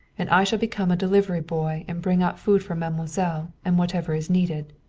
and i shall become a delivery boy and bring out food for mademoiselle, and whatever is needed.